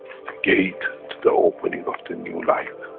gate to the opening of the new life,